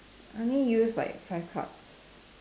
I only used like five cards